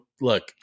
look